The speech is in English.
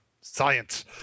science